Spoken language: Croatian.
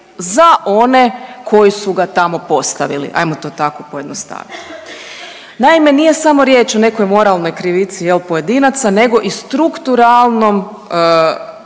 za one koji su ga tamo postavili, ajmo to tako pojednostaviti. Naime, nije samo riječ o nekoj moralnoj krivici jel pojedinaca nego i strukturalnom